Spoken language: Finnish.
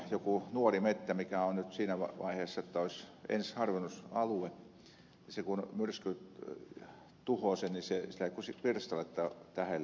joku nuori metsä mikä on nyt siinä vaiheessa että olisi ensiharvennusalue sen kun myrsky tuhosi niin siellä on vain pirstaletta tähellä